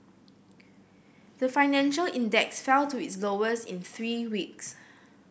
the financial index fell to its lowest in three weeks